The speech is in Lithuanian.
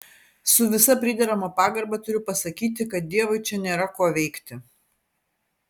su visa priderama pagarba turiu pasakyti kad dievui čia nėra ko veikti